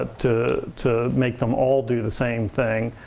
ah to to make them all do the same thing.